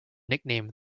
nickname